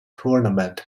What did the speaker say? tournament